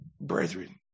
brethren